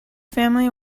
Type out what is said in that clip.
family